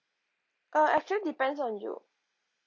uh actually depends on you